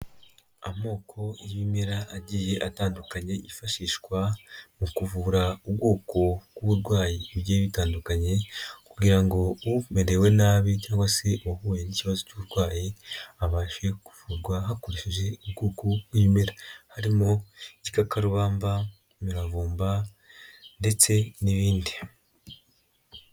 Amoko y'ibimera agiye atandukanye yifashishwa, mu kuvura ubwoko bw'uburwayi bigiye bitandukanye, kugira ngo umerewe nabi cyangwa se uwahuye n'ikibazo cy'uburwayi, abashe kuvurwa hakoresheje ubwoko bw'ibimera; harimo igikakarubamba, imiravumba, ndetse n'ibindi.